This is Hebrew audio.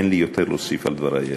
ואין לי מה להוסיף על דברי אלה.